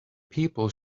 people